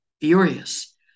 furious